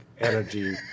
energy